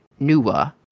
Nuwa